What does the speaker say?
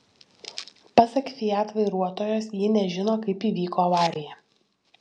pasak fiat vairuotojos ji nežino kaip įvyko avarija